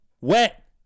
wet